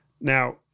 Now